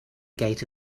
gate